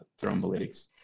thrombolytics